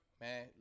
Man